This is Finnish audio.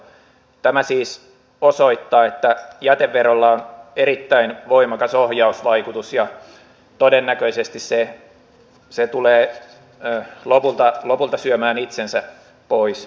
tämä siis osoittaa että jäteverolla on erittäin voimakas ohjausvaikutus ja todennäköisesti se tulee lopulta syömään itsensä pois